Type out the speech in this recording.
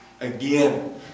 again